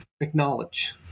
acknowledge